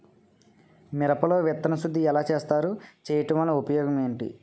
మిరప లో విత్తన శుద్ధి ఎలా చేస్తారు? చేయటం వల్ల ఉపయోగం ఏంటి?